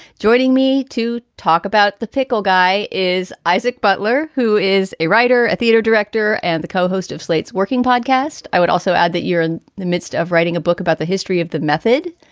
joining me to talk about the pickle guy is isaac butler, who is a writer, a theater director and the co-host of slate's working podcast. i would also add that you're in the midst of writing a book about the history of the method,